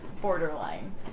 borderline